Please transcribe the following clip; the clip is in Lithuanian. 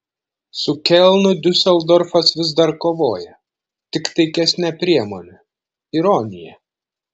su kelnu diuseldorfas vis dar kovoja tik taikesne priemone ironija